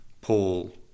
Paul